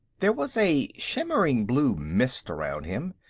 there was a shimmering blue mist around him.